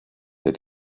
they